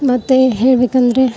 ಮತ್ತು ಹೇಳಬೇಕಂದ್ರೆ